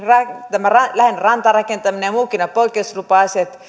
tämä lähelle rantaa rakentaminen ja muutkin poikkeuslupa asiat